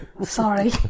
Sorry